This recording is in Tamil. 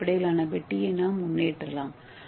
ஏ அடிப்படையிலான பெட்டியை நாம் முன்னேற்றலாம்